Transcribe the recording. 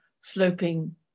sloping